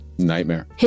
Nightmare